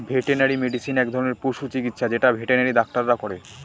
veterinary medicine এক ধরনের পশু চিকিৎসা যেটা ভেটেনারি ডাক্তাররা করে